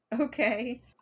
Okay